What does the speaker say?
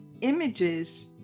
images